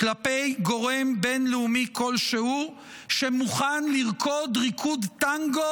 כלפי גורם בין-לאומי כלשהו שמוכן לרקוד ריקוד טנגו